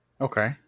Okay